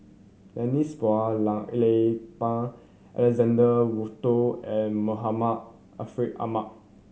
Denise Phua Lay Alexander Wolter and Muhammad Ariff Ahmad